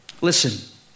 Listen